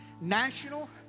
national